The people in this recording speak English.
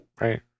right